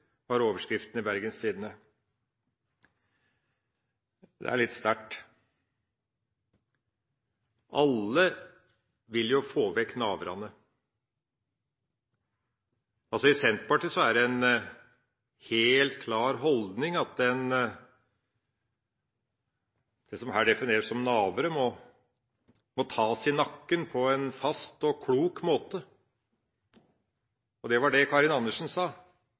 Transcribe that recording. var overskriften i Bergens Tidende. Det er litt sterkt. Alle vil jo få vekk naverne. I Senterpartiet er det en helt klar holdning at de som her defineres som «navere», må tas i nakken på en fast og klok måte. Det var det Karin Andersen sa